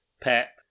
Pep